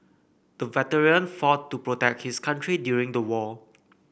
the veteran fought to protect his country during the war